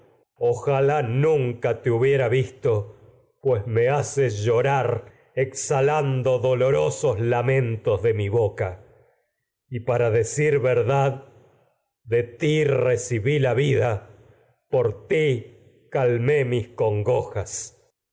ojalá nunca te doloro visto me haces llorar exhalando y para sos lamentos de mi boca decir verdad de ti re cibí la vida por ti calmé mis congojas